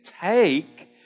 take